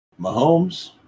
Mahomes